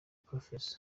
prof